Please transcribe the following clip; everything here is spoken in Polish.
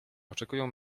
oczekują